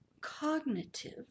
cognitive